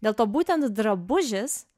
dėl to būtent drabužis